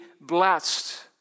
blessed